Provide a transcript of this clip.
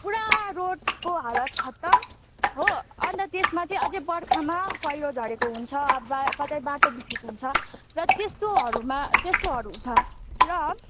पुरा रोडको हालत खतम हो अन्त त्यसमा चाहिँ अझै बर्खामा पैह्रो झरेको हुन्छ बा कतै बाटो बिग्रेको हुन्छ र त्यस्तोहरूमा त्यस्तोहरू छ र